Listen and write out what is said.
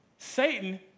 Satan